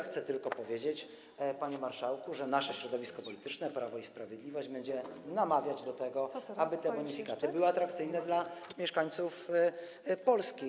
Chcę tylko powiedzieć, panie marszałku, że nasze środowisko polityczne, Prawo i Sprawiedliwość, będzie namawiać do tego, aby te bonifikaty były atrakcyjne dla mieszkańców Polski.